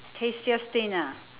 tastiest thing ah